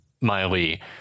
Miley